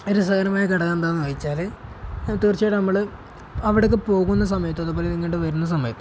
ഒരു രസകരമായ ഘടകമെന്താണെന്ന് ചോദിച്ചാല് തീർച്ചയായിട്ടും നമ്മള് അവിടേക്ക് പോകുന്ന സമയത്തും അതുപോലെ തന്നെ ഇങ്ങോട്ട് വരുന്ന സമയത്തും